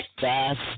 fast